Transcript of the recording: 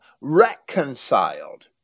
reconciled